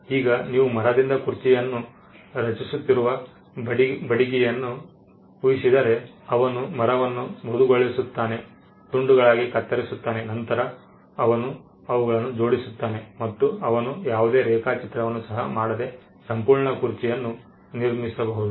ಈಗ ನೀವು ಮರದಿಂದ ಕುರ್ಚಿಯನ್ನು ರಚಿಸುತ್ತಿರುವ ಬಡಗಿಯನ್ನು ಊಹಿಸಿದರೆ ಅವನು ಮರವನ್ನು ಮೃದುಗೊಳಿಸುತ್ತಾನೆ ತುಂಡುಗಳಾಗಿ ಕತ್ತರಿಸುತ್ತಾನೆ ನಂತರ ಅವನು ಅವುಗಳನ್ನು ಜೋಡಿಸುತ್ತಾನೆ ಮತ್ತು ಅವನು ಯಾವುದೇ ರೇಖಾಚಿತ್ರವನ್ನು ಸಹ ಮಾಡದೆ ಸಂಪೂರ್ಣ ಕುರ್ಚಿಯನ್ನು ನಿರ್ಮಿಸಬಹುದು